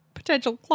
Potential